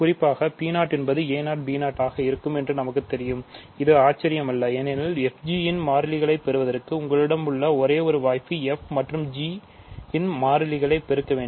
குறிப்பாக P0 என்பது a0 b0 ஆக இருக்கும் என்று நமக்கு தெரியும் இது ஆச்சரியமல்ல ஏனெனில்fg இன் மாறிலிகளை பெறுவதற்கு உங்களுக்கு உள்ள ஒரே ஒரு வாய்ப்பு f மற்றும் g ன் மாறிலியைப் பெருக்க வேண்டும்